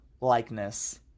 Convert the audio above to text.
likeness